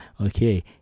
Okay